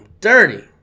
dirty